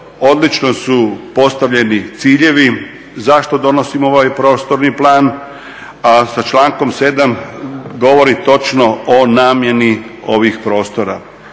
odlično su postavljeni ciljevi zašto donosimo ovaj prostorni plan a sa člankom 7. govori točno o namjeni ovih prostora.